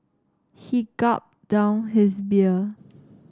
he gulped down his beer